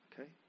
Okay